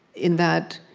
in that